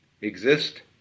exist